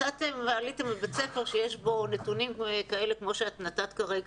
מצאתם ועליתם על בית ספר שיש בו נתונים כאלה כמו שנתת כרגע,